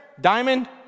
Diamond